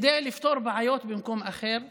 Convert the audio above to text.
כדי לפתור בעיות במקום אחר לגמרי.